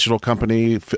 company